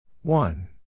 One